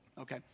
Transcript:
okay